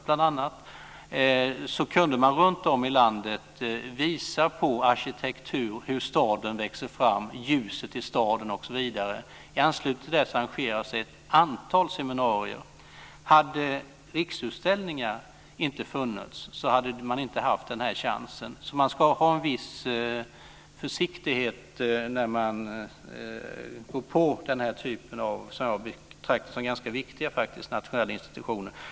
Man kunde runtom i landet visa på arkitektur, hur staden växer fram, ljuset i staden osv. I anslutning till det arrangerades ett antal seminarier. Om Riksutställningar inte hade funnits, hade man inte haft den chansen. Man ska vara försiktig när man går på den här typen av viktiga nationella institutioner.